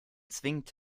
zwingt